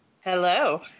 Hello